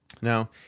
Now